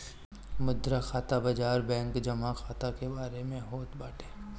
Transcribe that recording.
मुद्रा खाता बाजार बैंक जमा खाता के बारे में होत बाटे